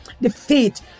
defeat